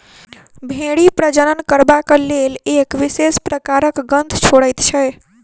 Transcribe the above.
भेंड़ी प्रजनन करबाक लेल एक विशेष प्रकारक गंध छोड़ैत छै